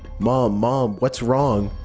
mom? mom, what's wrong?